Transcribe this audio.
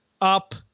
up